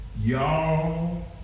Y'all